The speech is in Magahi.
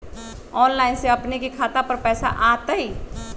ऑनलाइन से अपने के खाता पर पैसा आ तई?